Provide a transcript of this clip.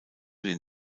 den